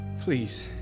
Please